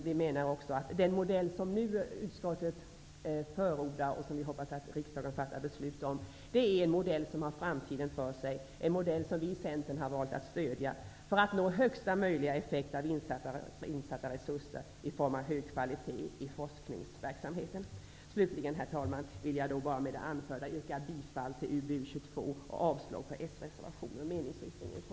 Vi menar också att den modell som utskottet nu förordar, och som vi hoppas att riksdagen kommer att besluta om, är en modell som har framtiden för sig, och som vi i Centern har valt att stödja för att nå högsta möjliga effekt av insatta resurser i form av hög kvalitet i forskningsverksamheten. Slutligen, herr talman, vill jag med det anförda yrka bifall till UbU22 och avslag på